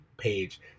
Page